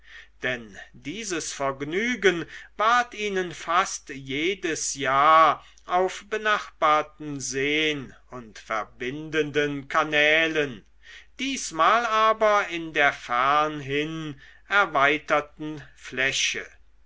denn dieses vergnügen ward ihnen fast jedes jahr auf benachbarten seen und verbindenden kanälen diesmal aber in der fernhin erweiterten fläche